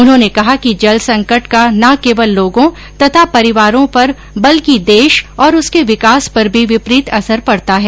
उन्होंने कहा कि जल संकट का न केवल लोगों तथा परिवारों पर बल्कि देश और उसके विकास पर भी विपरीत असर पड़ता है